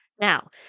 Now